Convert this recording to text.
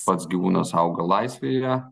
pats gyvūnas auga laisvėje